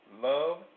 Love